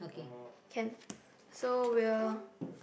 can so we'll